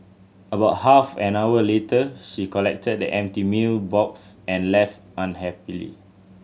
about half an hour later she collected the empty meal box and left unhappily